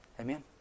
Amen